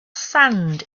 sand